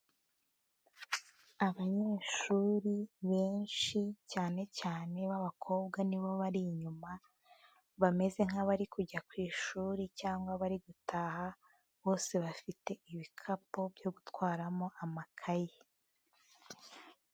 Abanyeshuri benshi cyane cyane b'abakobwa ni bo bari inyuma bameze nk'abari kujya ku ishuri cyangwa bari gutaha, bose bafite ibikapu byo gutwaramo amakayi.